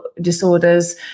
disorders